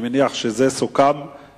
מניעת פיטורים מחזוריים),